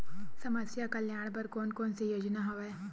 समस्या कल्याण बर कोन कोन से योजना हवय?